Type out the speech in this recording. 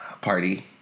Party